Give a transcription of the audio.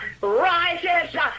rises